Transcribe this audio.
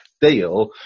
deal